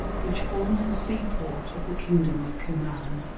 which forms the sea-port of the kingdom of kirman.